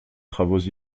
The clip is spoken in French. travaux